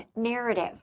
narrative